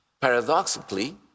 paradoxically